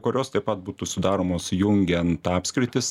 kurios taip pat būtų sudaromos jungiant apskritis